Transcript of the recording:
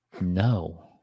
No